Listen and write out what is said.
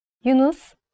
Yunus